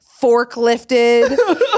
forklifted